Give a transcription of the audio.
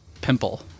pimple